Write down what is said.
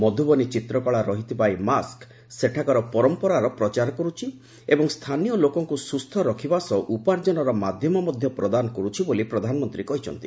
ମଧୁବନୀ ଚିତ୍ରକଳା ରହିଥିବା ଏହି ମାସ୍କ ସେଠାକାର ପରମ୍ପରାର ପ୍ରଚାର କରୁଛି ଏବଂ ସ୍ଥାନୀୟ ଲୋକଙ୍କୁ ସୁସ୍ଥ ରଖିବା ସହ ଉପାର୍ଜନର ମାଧ୍ୟମ ମଧ୍ୟ ପ୍ରଦାନ କରୁଛି ବୋଲି ପ୍ରଧାନମନ୍ତ୍ରୀ କହିଛନ୍ତି